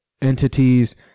entities